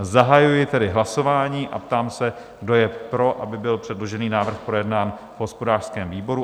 Zahajuji tedy hlasování a ptám se, kdo je pro, aby byl předložený návrh projednán v hospodářském výboru?